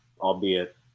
albeit